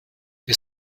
wir